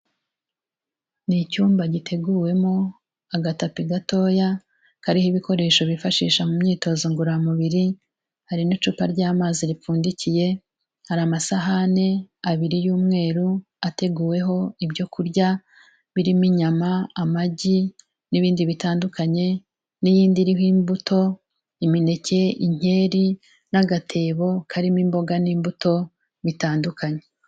Ni icyumba giteguwemo agatapi gatoya kariho ibikoresho bifashisha mu myitozo ngororamubiri, hari n'icupa ry'amazi ripfundikiye, hari amasahani abiri y'umweru ateguweho ibyokurya birimo inyama, amagi n'ibindi bitandukanye, n'iyindi iriho imbuto imineke, inkeri, n'agatebo karimo imboga n'imbuto bitandukanye.